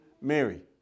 Mary